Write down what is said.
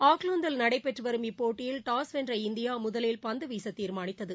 ஆக்லாந்தில் நடைபெற்றுவரும் இப்போட்டியில் டாஸ் வென்ற இந்தியா முதலில் பந்துவீச தீர்மானித்தது